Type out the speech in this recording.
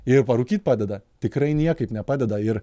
ir parūkyt padeda tikrai niekaip nepadeda ir